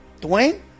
Dwayne